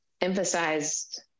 emphasized